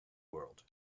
world